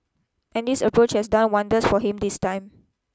and this approach has done wonders for him this time